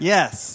Yes